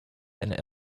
and